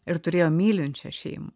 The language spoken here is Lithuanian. ir turėjo mylinčią šeimą